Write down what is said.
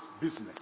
business